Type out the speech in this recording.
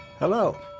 Hello